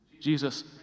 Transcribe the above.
Jesus